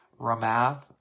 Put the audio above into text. Ramath